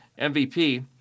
MVP